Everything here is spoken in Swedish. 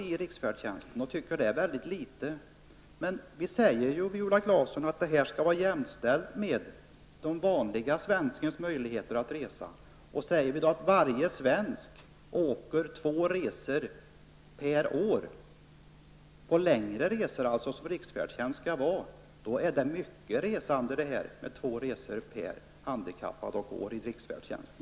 Hon tycker att det är väldigt litet. Men vi säger ju, Viola Claesson, att det här skall jämställas med den vanlige svenskens möjligheter att resa. Om varje svensk gör två längre resor varje år, och det är ju sådana resor som riksfärdtjänsten skall gälla för, är det mycket med två resor per handikappad och år i riksfärdtjänsten.